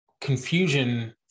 confusion